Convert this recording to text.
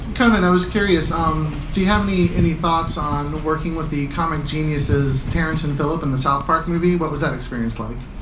conan, i was curious, um do you have any any thoughts on working with the comic geniuses terrance and phillip in the south park movie. what was that like?